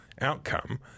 outcome